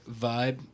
vibe